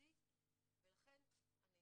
משמעותי ולכן אני